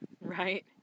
Right